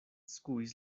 skuis